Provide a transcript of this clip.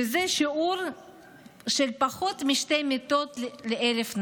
שזה שיעור של פחות משתי מיטות ל-1,000 נפש.